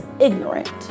ignorant